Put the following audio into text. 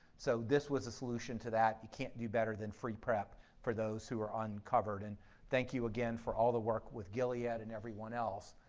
so this was a solution to that, you can't do better than free prep for those who are uncovered and thank you again for awful the work with gilead and everyone else.